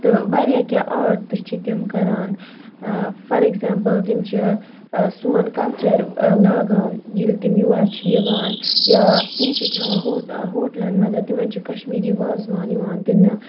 تہٕ واریاہ کیٚنٛہہ آرٹ تہِ چھِ تِم کَران فار ایٚکزامپٕل تِم چھِ سون کَلچَر لاگان ییٚلہِ تِم یور چھِ یِوان یا تِم چھِ کھٮ۪وان ہو ہوٹلَن مَنٛز تِمَن چھُ کشمیری وازوان یِوان دِنہٕ